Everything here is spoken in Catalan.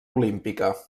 olímpica